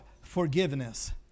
forgiveness